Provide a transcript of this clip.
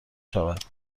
شود